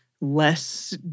less